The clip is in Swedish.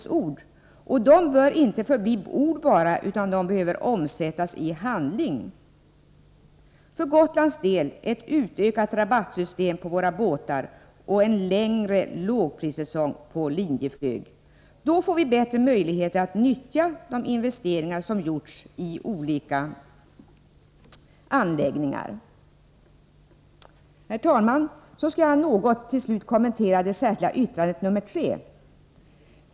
Men propositionens ord bör inte förbli enbart ord utan de bör också omsättas i praktisk handling. För Gotlands del kunde det innebära ett utökat rabattsystem för resor med våra båtar och en längre lågprissäsong för Linjeflyg. Då skulle vi få bättre möjligheter att nyttja de investeringar som gjorts i olika anläggningar. Sedan något om det särskilda yttrandet nr 3.